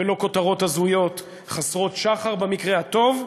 ולא כותרות הזויות חסרות שחר במקרה הטוב,